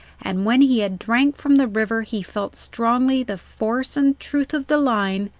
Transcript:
and when he had drank from the river he felt strongly the force and truth of the line,